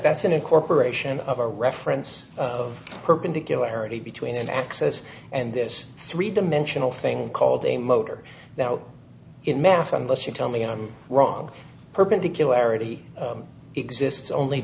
that's an incorporation of a reference of perpendicular already between access and this three dimensional thing called a motor now in math unless you tell me i'm wrong perpendicular eddie exists only